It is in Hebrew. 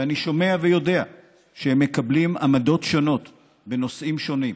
ואני שומע ויודע שהם מקבלים עמדות שונות בנושאים שונים,